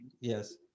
Yes